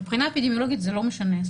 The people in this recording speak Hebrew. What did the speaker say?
מבחינה אפידמיולוגית זה לא משנה.